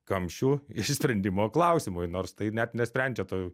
kamščių išsprendimo klausimui nors tai net nesprendžia tų